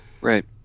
Right